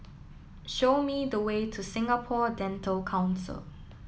show me the way to Singapore Dental Council